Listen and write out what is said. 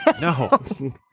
No